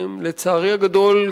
לצערי הגדול,